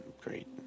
great